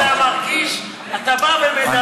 בוא'נה, אתה מרגיש, אתה בא ומדבר.